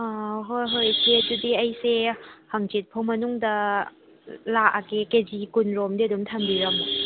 ꯑꯥ ꯍꯣꯏ ꯍꯣꯏ ꯏꯆꯦ ꯑꯗꯨꯗꯤ ꯑꯩꯁꯦ ꯍꯪꯆꯤꯠ ꯐꯥꯎ ꯃꯅꯨꯡꯗ ꯂꯥꯛꯑꯒꯦ ꯀꯦ ꯖꯤ ꯀꯨꯟꯔꯣꯝꯗꯤ ꯑꯗꯨꯝ ꯊꯝꯕꯤꯔꯝꯃꯣ